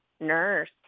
nurse